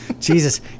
Jesus